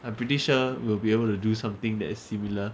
I'm pretty sure we'll be able to do something that is similar